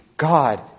God